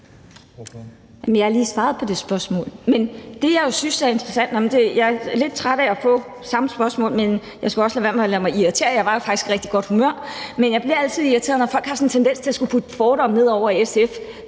Jeg har lige svaret på det spørgsmål. Jeg er lidt træt af at få samme spørgsmål, men jeg skal også lade være med at lade mig irritere. Jeg var jo faktisk i rigtig godt humør. Men jeg bliver altid irriteret, når folk har sådan en tendens til at skulle putte fordomme ned over SF.